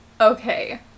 Okay